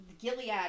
Gilead